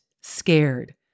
scared